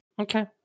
Okay